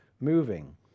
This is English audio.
moving